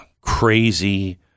crazy